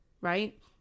right